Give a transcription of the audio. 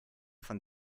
vom